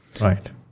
right